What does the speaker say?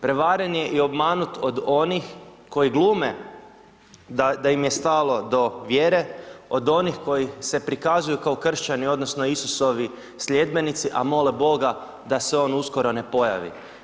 Prevaren je i obmanut od onih koji glume da im je stalo do vjere od onih koji se prikazuju kao kršćani odnosno Isusovi sljedbenici a mole Boga da se on uskoro ne pojavi.